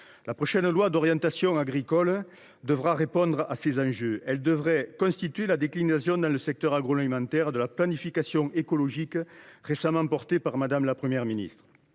La prochaine loi d’orientation agricole devra répondre à ces enjeux. Il convient qu’elle constitue la déclinaison dans le secteur agroalimentaire de la planification écologique récemment annoncée par Mme la Première ministre.